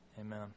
Amen